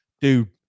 Dude